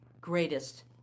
greatest